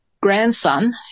grandson